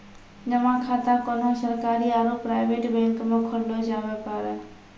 जमा खाता कोन्हो सरकारी आरू प्राइवेट बैंक मे खोल्लो जावै पारै